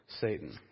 Satan